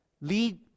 Lead